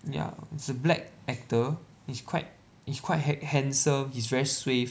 ya he's a black actor he's quite he's quite handsome he's very suave